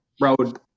road